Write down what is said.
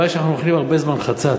הבעיה היא שאנחנו אוכלים הרבה זמן חצץ.